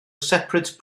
separate